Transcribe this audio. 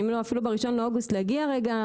אם לא אפילו ב-1 באוגוסט להגיע רגע.